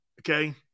okay